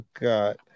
God